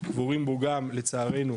קבורים בו גם, לצערנו,